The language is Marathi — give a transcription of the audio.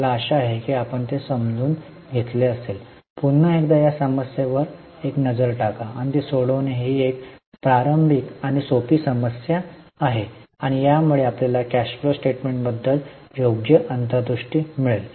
मला आशा आहे की आपण ते समजून घेतले असेल पुन्हा एकदा या समस्येवर एक नजर टाका आणि ती सोडवणे ही एक प्रारंभिक आणि सोपी समस्या आहे आणि यामुळे आपल्याला कॅश फ्लो स्टेटमेंटबद्दल योग्य अंतर्दृष्टी मिळेल